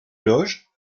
loge